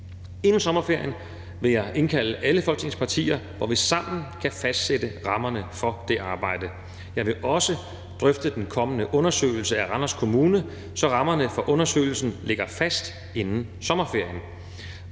Inden sommerferien vil jeg indkalde alle Folketingets partier, hvor vi sammen kan fastsætte rammerne for det arbejde. Jeg vil også drøfte den kommende undersøgelse af Randers Kommune, så rammerne for undersøgelsen ligger fast inden sommerferien.